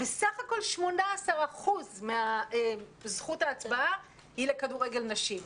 בסך הכול 18% מזכות ההצבעה הוא לכדורגל נשים.